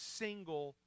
single